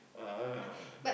ah